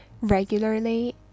regularly